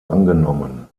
angenommen